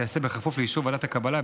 תיעשה בכפוף לאישור ועדת הקבלה,